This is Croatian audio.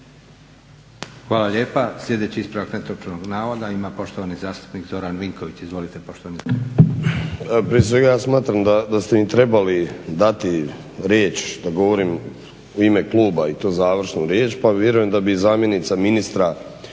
Hvala lijepa. Sljedeći ispravak netočnog navoda ima poštovani zastupnik Zoran Vinković. Izvolite poštovani